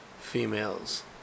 females